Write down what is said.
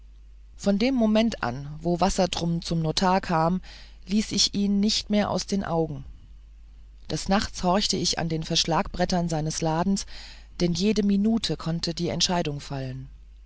von dem moment an wo wassertrum vom notar kam ließ ich ihn nicht mehr aus dem auge des nachts horchte ich an den verschlagbrettern seines ladens denn jede minute konnte die entscheidung fallen